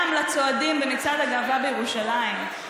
גם לצועדים במצעד הגאווה בירושלים,